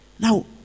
Now